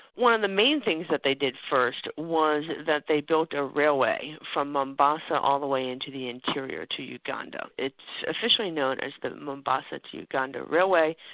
one of the main things that they did first, was that they built a railway from mombasa all the way into the interior, to uganda. it's officially known as the mombasa to uganda railway,